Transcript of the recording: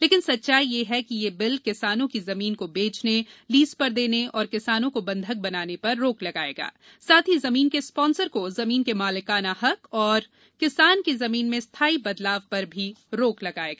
लेकिन सच्चाई ये है कि ये बिल किसानों की जमीन को बेचनेए लीज पर देने और किसानों को बंधक बनाने पर रोक लगाएगा साथ ही जमीन के स्पांसर को जमीन के मालिकाना हक या किसान की जमीन में स्थायी बदलाव पर भी रोक लगाएगा